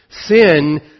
Sin